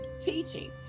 teaching